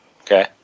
Okay